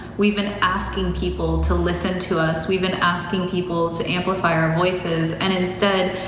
we've been asking people to listen to us. we've been asking people to amplify our voices and instead,